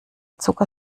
zucker